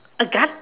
a gun